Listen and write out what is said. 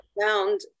found